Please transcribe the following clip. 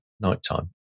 Nighttime